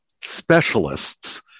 specialists